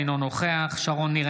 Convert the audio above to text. אינו נוכח שרון ניר,